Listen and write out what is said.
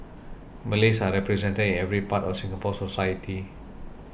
Malays are represented in every part of Singapore society